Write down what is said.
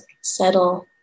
settle